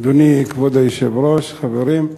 אדוני כבוד היושב-ראש, חברים,